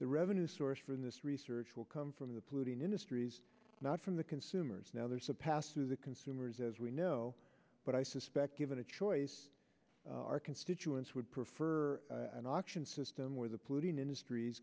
the revenue source for this research will come from the polluting industries not from the consumers now there's a pass to the consumers as we know but i suspect given a choice our constituents would prefer an auction system where the polluting industries